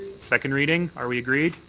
second reading are we agreed?